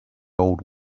old